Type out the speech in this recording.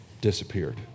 disappeared